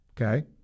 Okay